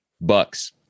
Bucks